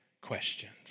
questions